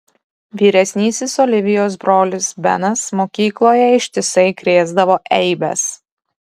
vyresnysis olivijos brolis benas mokykloje ištisai krėsdavo eibes